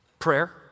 Prayer